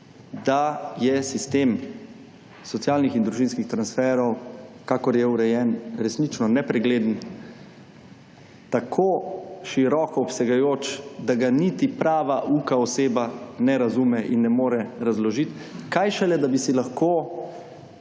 da je sistem socialnih in družinskih transferov kakor je urejen, resnično nepregleden, tako široko obsegajoč, da ga niti prava uka oseba ne razume in ne more razložiti, kaj šele, da bi si lahko